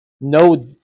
no